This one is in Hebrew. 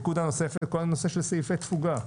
נקודה נוספת היא כל הנושא של סעיפים תפוגה.